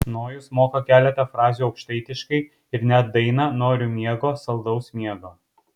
nojus moka keletą frazių aukštaitiškai ir net dainą noriu miego saldaus miego